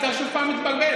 אתה שוב מתבלבל.